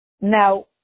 Now